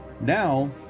Now